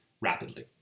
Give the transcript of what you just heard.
rapidly